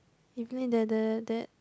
Evelyn the the the